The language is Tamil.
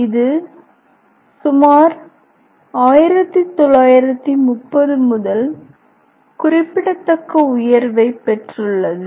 இது சுமார் 1930 முதல் குறிப்பிடத்தக்க உயர்வைப் பெற்றுள்ளது